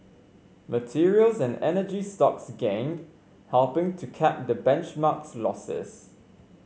materials and energy stocks gained helping to cap the benchmark's losses